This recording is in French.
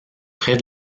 près